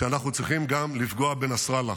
שאנחנו צריכים לפגוע גם בנסראללה.